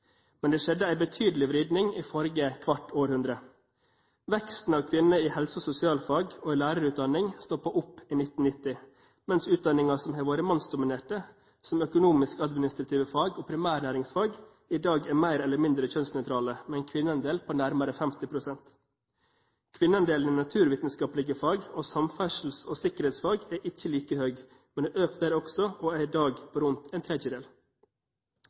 Men det skjedde en betydelig vridning i forrige kvarte århundre. Veksten av kvinner i helse- og sosialfag og i lærerutdanning stoppet opp i 1990, mens utdanninger som har vært mannsdominerte, som økonomisk-administrative fag og primærnæringsfag, i dag er mer eller mindre kjønnsnøytrale, med en kvinneandel på nærmere 50 pst. Kvinneandelen i naturvitenskapelige fag og samferdsels- og sikkerhetsfag er ikke like høy, men har økt der også og er i dag på rundt en tredjedel.